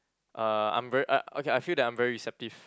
uh I'm very uh okay I feel that I'm very receptive